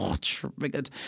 Triggered